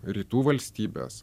rytų valstybės